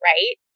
Right